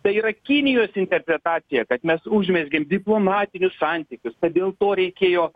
tai yra kinijos interpretacija kad mes užmezgėm diplomatinius santykius kad dėl to reikėjo